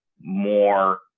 more